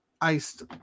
iced